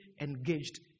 engaged